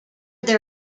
there